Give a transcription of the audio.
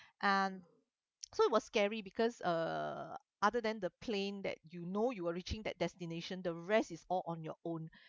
and so it was scary because uh other than the plane that you know you are reaching that destination the rest is all on your own